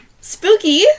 spooky